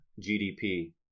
GDP